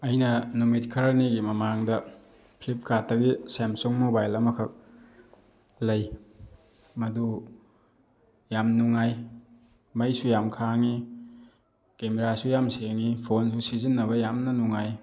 ꯑꯩꯅ ꯅꯨꯃꯤꯠ ꯈꯔꯅꯤꯒꯤ ꯃꯃꯥꯡꯗ ꯐ꯭ꯂꯤꯞꯀꯥꯔꯠꯇꯒꯤ ꯁꯦꯝꯁꯨꯡ ꯃꯣꯕꯥꯏꯜ ꯑꯃꯈꯛ ꯂꯩ ꯃꯗꯨ ꯌꯥꯝ ꯅꯨꯡꯉꯥꯏ ꯃꯩꯁꯨ ꯌꯥꯝ ꯈꯥꯡꯉꯤ ꯀꯦꯃꯦꯔꯥꯁꯨ ꯌꯥꯝ ꯁꯦꯡꯉꯤ ꯐꯣꯟꯁꯨ ꯁꯤꯖꯤꯟꯅꯕ ꯌꯥꯝꯅ ꯅꯨꯡꯉꯥꯏ